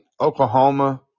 Oklahoma